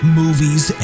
movies